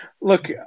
Look